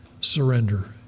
surrender